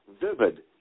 vivid